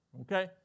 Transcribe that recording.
okay